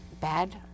bad